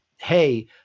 Hey